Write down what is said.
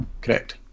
Correct